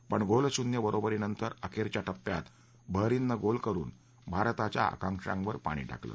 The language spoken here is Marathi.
पण गोल शून्य बरोबरीनंतर अखेरच्या टप्प्यात बहरीननं गोल करुन भारताच्या आकांक्षांवर पाणी टाकलं